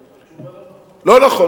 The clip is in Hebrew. התשובה: לא נכון.